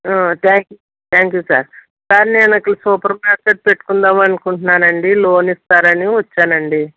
thank thank you sir sir నేనిట్ల supermarket పెట్టుకుందామనుకుంటున్నానండి loan ఇస్తారని వచ్చానండి